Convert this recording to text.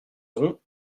aurons